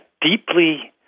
deeply—